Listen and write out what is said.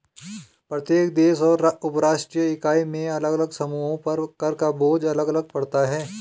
प्रत्येक देश और उपराष्ट्रीय इकाई में अलग अलग समूहों पर कर का बोझ अलग अलग पड़ता है